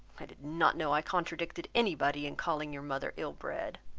i did not know i contradicted any body in calling your mother ill-bred.